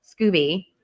Scooby